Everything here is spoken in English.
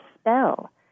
spell